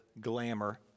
glamour